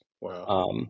Wow